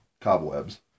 cobwebs